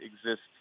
exists